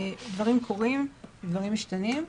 דברים קורים, דברים משתנים,